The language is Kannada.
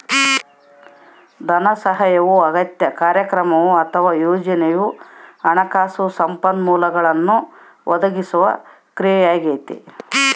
ಧನಸಹಾಯವು ಅಗತ್ಯ ಕಾರ್ಯಕ್ರಮ ಅಥವಾ ಯೋಜನೆಗೆ ಹಣಕಾಸು ಸಂಪನ್ಮೂಲಗಳನ್ನು ಒದಗಿಸುವ ಕ್ರಿಯೆಯಾಗೈತೆ